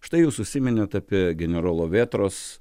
štai jūs užsiminėt apie generolo vėtros